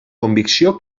convicció